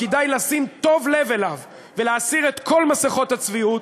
כדאי לשים לב אליו היטב ולהסיר את כל מסכות הצביעות,